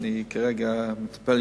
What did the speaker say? שאני כרגע מטפל,